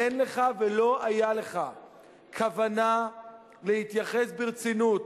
אין לך ולא היתה לך כוונה להתייחס ברצינות